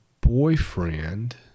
boyfriend